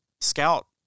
Scout